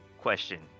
Question